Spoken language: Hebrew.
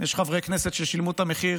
יש חברי כנסת ששילמו את המחיר